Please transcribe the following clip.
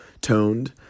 toned